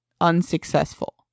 unsuccessful